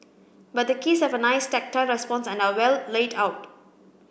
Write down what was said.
but the keys have a nice tactile response and are well laid out